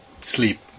sleep